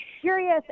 curious